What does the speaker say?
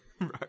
Right